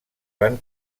van